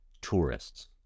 tourists